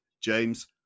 James